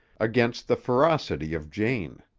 against the ferocity of jane.